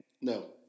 No